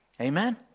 Amen